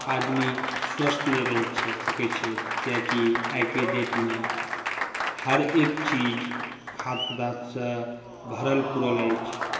आदमी स्वस्थ्य नहि रहि सकै छथि कियाकि आइके डेटमे हर एक चीज खाद्य पदार्थसँ भरल पुरल अछि